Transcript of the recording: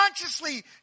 consciously